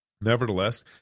Nevertheless